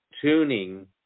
tuning